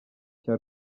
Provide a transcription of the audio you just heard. cya